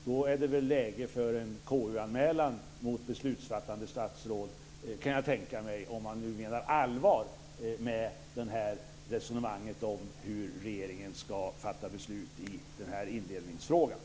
Då är det väl läge för en KU-anmälan mot beslutsfattande statsråd, kan jag tänka mig, om man nu menar allvar med resonemanget om hur regeringen ska fatta beslut i indelningsfrågan.